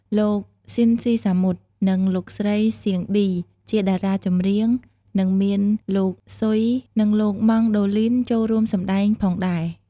លោក ស៊ិន ស៊ីសាមុត និង លោកស្រី សៀង ឌី ជាតារាចម្រៀង និង មាន លោកស៊ុយ និងលោកម៉ង់ដូលីន ចូលរួមសម្តែងផងដែរ។